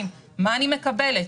מה אני מקבלת?